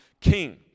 king